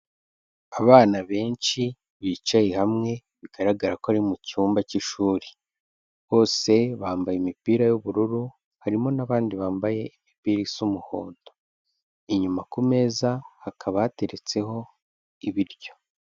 Abana benshi bicaye hamwe, bigaragara ko ari mu cyumba cy'ishuri. Bose bambaye imipira y'ubururu, harimo n'abandi bambaye imipira isa umuhondo. Inyuma ku meza hakaba hateretseho ibiryo.